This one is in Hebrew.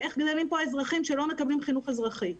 איך גדלים פה אזרחים שלא מקבלים חינוך אזרחי.